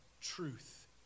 truth